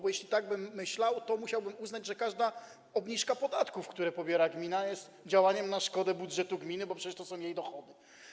Bo jeśli tak bym myślał, to musiałbym uznać, że każda obniżka podatków, które pobiera gmina, jest działaniem na szkodę budżetu gminy, bo przecież to są jej dochody.